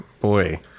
boy